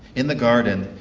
in the garden,